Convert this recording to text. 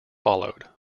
followed